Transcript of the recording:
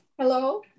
Hello